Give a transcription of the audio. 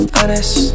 Honest